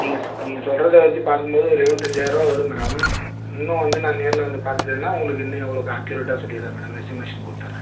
நீங்கள் சொ நீங்கள் சொல்றதை வெச்சு பார்க்கும்போது ஒரு எழுபத்தஞ்சாயிருவா வரும் மேடம் இன்னும் வந்து நான் நேரில் வந்து பார்த்துட்டேன்னா உங்களுக்கு இன்னும் எவ்வளோ அக்யூரெட்டாக சொல்லிடறேன் மேடம் எஸ்டிமேஷன் கொடுத்தர்றேன்